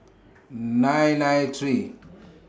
nine nine three